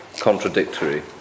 contradictory